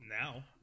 now